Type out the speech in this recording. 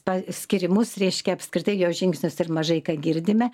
paskyrimus reiškia apskritai jo žingsnius ir mažai ką girdime